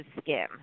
skin